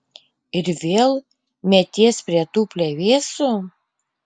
ir vėl meties prie tų plevėsų